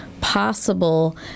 possible